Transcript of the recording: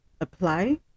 apply